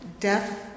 Death